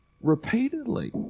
repeatedly